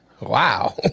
Wow